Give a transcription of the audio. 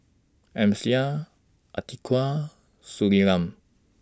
Amsyar Atiqah Surinam